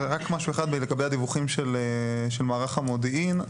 משהו אחד לגבי הדיווחים של מערך המודיעין.